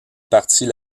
partie